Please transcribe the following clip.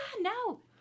no